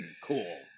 cool